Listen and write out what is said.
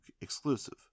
exclusive